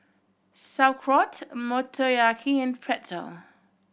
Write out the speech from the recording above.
Sauerkraut Motoyaki and Pretzel